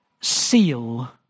seal